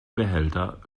behälter